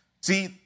See